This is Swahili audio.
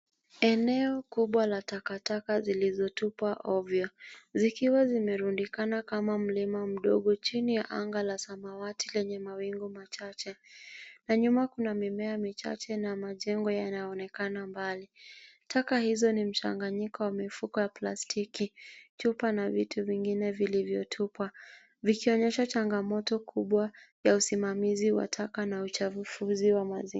Eneo kubwa la takataka zilizotupwa ovyo zikiwa zimerundikana kama mlima mdogo chini ya anga la samawati lenye mawingu machache na nyuma kuna mimea michache na majengo yanayoonekana mbali. Taka hizo ni mchanganyiko wa mifuko ya plastiki, chupa na vitu vingine vilivyotupwa vikionyesha changamoto kubwa ya usimamizi wa taka na uchafuzi wa mazingira.